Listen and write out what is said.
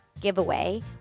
giveaway